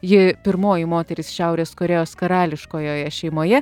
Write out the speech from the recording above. ji pirmoji moteris šiaurės korėjos karališkojoje šeimoje